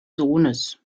sohnes